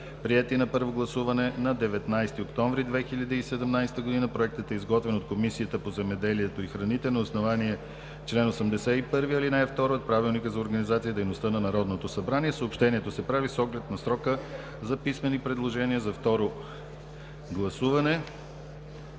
приети на първо гласуване на 19 октомври 2017 г. Проектът е изготвен от Комисията по земеделието и храните на основание чл. 81, ал. 2 от Правилника за организацията и дейността на Народното събрание. Съобщението се прави с оглед на срока за писмени предложения за второ гласуване.